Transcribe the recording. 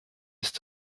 ist